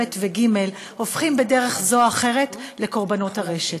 ב' וג' הופכים בדרך זו או אחרת לקורבנות הרשת.